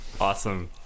awesome